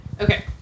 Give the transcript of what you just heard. Okay